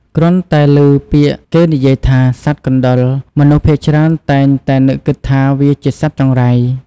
គ្រាន់តែឮពាក្យគេនិយាយថា សត្វកណ្តុរ មនុស្សភាគច្រើនតែងតែនឹកគិតថាវាជាសត្វចង្រៃ។